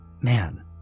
man